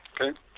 Okay